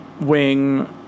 wing